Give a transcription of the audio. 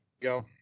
go